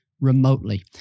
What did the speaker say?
remotely